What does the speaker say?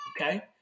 okay